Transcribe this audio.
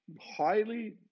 highly